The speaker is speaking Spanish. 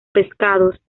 pescados